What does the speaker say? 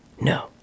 no